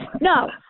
no